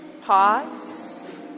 Pause